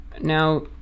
now